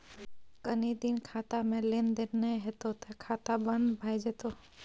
कनी दिन खातामे लेन देन नै हेतौ त खाता बन्न भए जेतौ